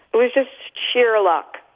who was just sheer luck.